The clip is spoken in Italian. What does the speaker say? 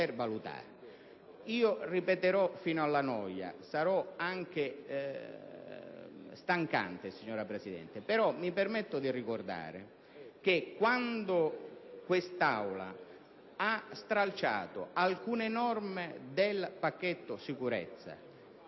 Ripeterò fino alla noia - sarò stancante, signora Presidente, ma mi permetto di ricordarlo - che, quando quest'Aula ha stralciato alcune norme del pacchetto sicurezza